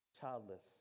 childless